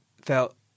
felt